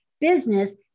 business